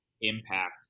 impact